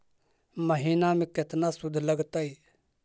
महिना में केतना शुद्ध लगतै?